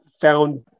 found